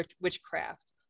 witchcraft